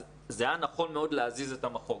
זה היה נכון מאוד להזיז את המחוג.